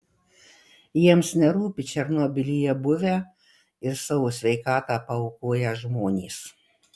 jiems nerūpi černobylyje buvę ir savo sveikatą paaukoję žmonės